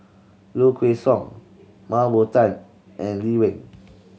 Low Kway Song Mah Bow Tan and Lee Wen